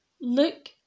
Look